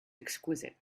exquisite